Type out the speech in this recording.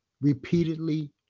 repeatedly